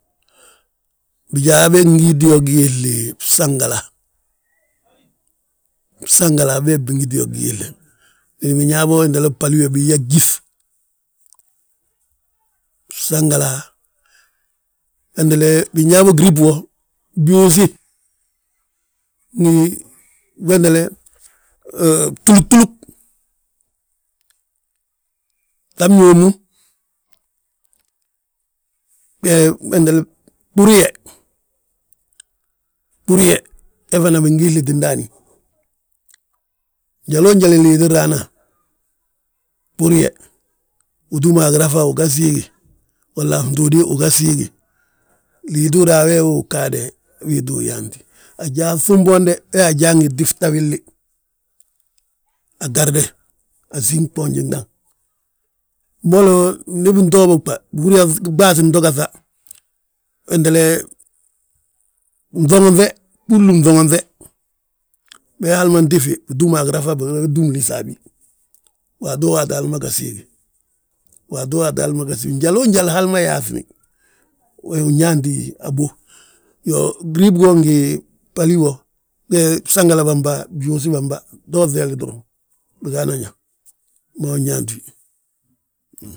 Bijaa beg ngi yoo giisli bsangala, ngi bsangala ngi bee, bingiti yo giisle. Wini binyaa bo bbali bo, biyaa gyíŧ, bsangala, biyaa bo grib wo. Byuusi, ngi bwentele tulutulug, fŧabñi wómmu, gburuye, gburuye, be fana bingiisliti ndaani. Njaloo njali liiti raana, gburuye, utúm a girafa uga siigi walla a fntuudi uga siigi. Liiti uraa wee uu ggaade, wii ttúu yaantí, ajaa tumbonde, we ajaa, ngi tif ta willi a garde, asiŋ gboonji daŋ. Mbolo ndi binto bóg ba, bihúri yaa ɓaasi nto gaŧa, wentele nŧonŧe, ɓúulni nŧonŧe, be hali ma ntifi, bitúm a girafa biga túm lísa a bi. Waato waati hal ma ga siigi, waato waati hal ma ga siigi, njaloo njal hal ma yaaŧini, we wi yaanti a bów. Iyoo, grib go ngi bbali wo, ge bsangala bamba, byuusi bamba, ta uŧeeli doroŋ, bigana ñaa, mma wi nyaanti wi!.